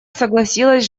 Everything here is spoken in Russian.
согласилась